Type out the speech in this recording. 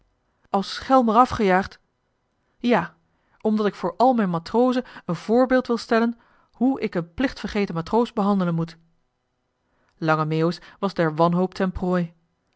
schelm er afgejaagd ja omdat ik voor al mijn matrozen een voorbeeld wil stellen hoe ik een plichtvergeten matroos behandelen moet lange meeuwis was der wanhoop ten prooi